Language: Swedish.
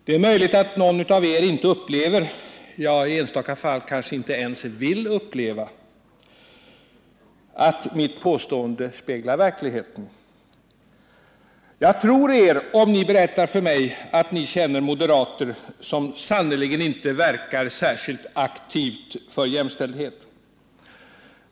Det är möjligt att någon av er inte upplever — ja, i enstaka fall kanske inte ens vill uppleva — att mitt påstående speglar verkligheten. Jag tror er, om ni berättar för mig att ni känner moderater som sannerligen inte verkar särskilt aktivt för jämställdhet.